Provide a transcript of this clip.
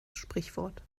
sprichwort